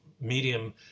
medium